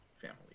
family